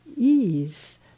ease